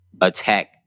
attack